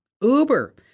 Uber